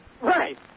Right